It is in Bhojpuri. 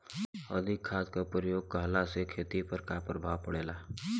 अधिक खाद क प्रयोग कहला से खेती पर का प्रभाव पड़ेला?